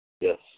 Yes